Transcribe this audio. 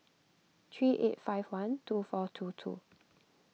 three eight five one two four two two